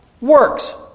Works